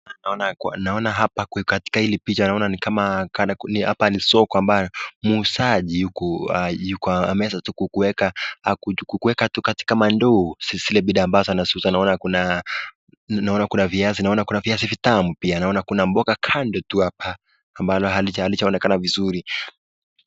Naona hapa katika hili picha, naona ni kama hapa ni soko ambayo muuzaji yuko ameweza kueka vitu katika mandoo, zile bidhaa anazouza. Naona kuna viazi, naona kuna viazi vitamu pia, naona kuna mboga kando tu hapa ambalo halijaonekana vizuri.